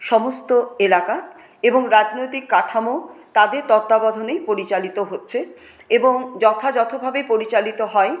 সমস্ত এলাকা এবং রাজনৈতিক কাঠামোও তাদের তত্ত্বাবধানেই পরিচালিত হচ্ছে এবং যথাযথভাবে পরিচালিত হয়